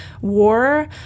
war